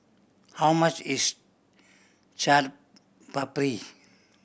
how much is Chaat Papri